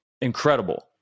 incredible